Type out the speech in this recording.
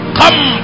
come